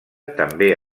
també